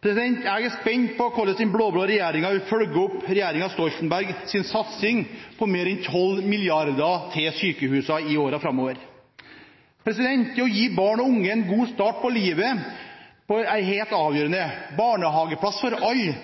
Jeg er spent på hvorledes den blå-blå regjeringen vil følge opp regjeringen Stoltenbergs satsing på mer enn 12 mrd. kr til sykehusene i årene framover. Det å gi barn og unge en god start på livet er helt